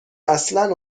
اصلا